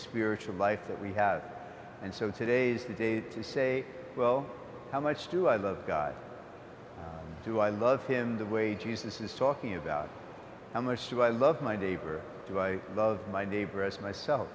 spiritual life that we have and so today's the day to say well how much do i love god do i love him the way jesus is talking about how much do i love my neighbor do i love my neighbor as